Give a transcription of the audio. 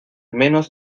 menos